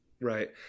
right